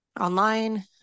online